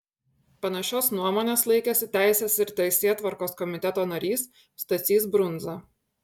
panašios nuomonės laikėsi teisės ir teisėtvarkos komiteto narys stasys brundza